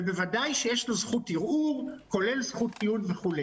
ובוודאי שיש לו זכות ערעור, כולל זכות טיעון וכו'.